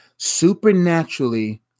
supernaturally